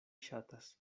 ŝatas